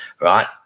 right